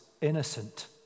innocent